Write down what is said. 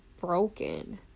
broken